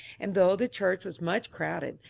and though the church was much crowded,